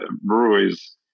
breweries